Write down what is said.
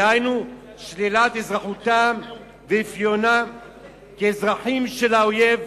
דהיינו שלילת אזרחותם ואפיונם כאזרחים של האויב,